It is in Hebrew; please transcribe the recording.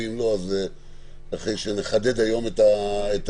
ואם לא אז אחרי שנחדד היום את הדברים.